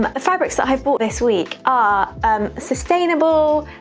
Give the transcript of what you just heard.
um fabrics that i've bought this week are sustainable,